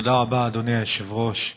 תודה רבה, אדוני היושב-ראש.